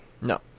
No